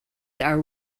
are